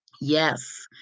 Yes